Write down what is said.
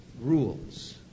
rules